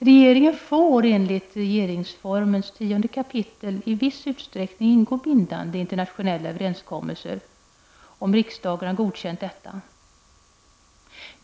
Regeringen får enligt 10 kap. regeringsformen i viss utstäckning ingå bindande internationella överenskommelser om riksdagen har godkänt detta.